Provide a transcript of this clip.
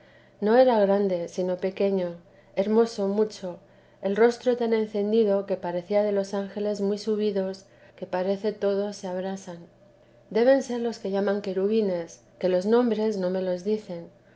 no era grande sino pequeño hermoso mucho el rostro tan encendido que parecía de los ángeles muy subidos que parece todos se abrasan deben ser los que llaman serafines que los nombres no me lo dicen